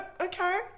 okay